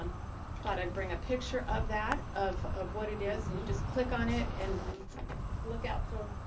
um thought i'd bring a picture of that of of what it is. and you just click on it and look out for,